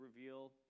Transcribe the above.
reveal